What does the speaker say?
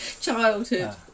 childhood